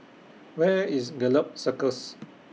Where IS Gallop Circus